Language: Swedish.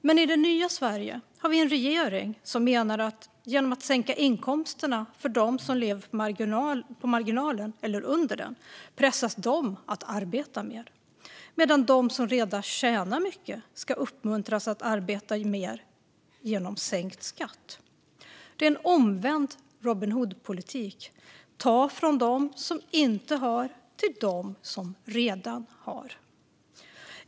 Men i det nya Sverige har vi en regering som menar att genom att sänka inkomsterna för dem som lever på marginalen eller under den pressas de att arbeta mer, medan de som redan tjänar mycket ska uppmuntras att arbeta mer genom sänkt skatt. Det är en omvänd Robin Hood-politik - ta från dem som inte har och ge till dem som redan har.